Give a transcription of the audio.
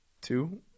two